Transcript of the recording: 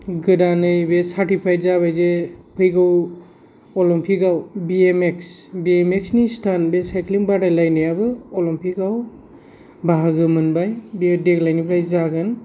गोदानै बे सारटिफाइट जाबाय जे फैगौ अलिम्पिकआव B M X B M एक्सनि स्टान्ट बे साइक्लिं बादायलायनायाबो अलिम्पिकआव बाहागो मोनबाय बे देग्लायनिफ्राय जागोन